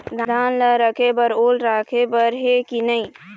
धान ला रखे बर ओल राखे बर हे कि नई?